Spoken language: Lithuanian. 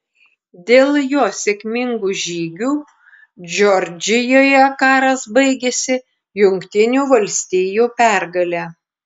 dėl jo sėkmingų žygių džordžijoje karas baigėsi jungtinių valstijų pergale